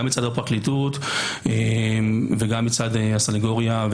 גם מצד הפרקליטות וגם מצד הסנגוריה,